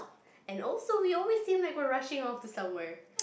and also we always seem like we're rushing off to somewhere